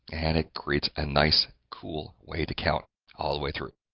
and it creates a nice cool way to count all the way through.